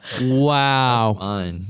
wow